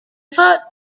thought